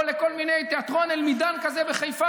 או לכל מיני תיאטרון אל-מידאן כזה בחיפה,